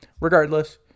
regardless